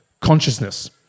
consciousness